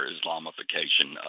Islamification